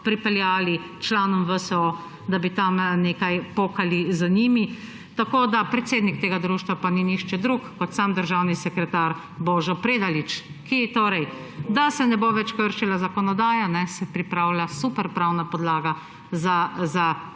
pripeljali članom VSO, da bi tam nekaj pokali za njimi. Predsednik tega društva pa ni nihče drug kot sam državni sekretar Božo Predalič. Torej, da se ne bo več kršila zakonodaja, se pripravlja super pravna podlaga za tovrstne